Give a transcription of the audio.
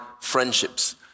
friendships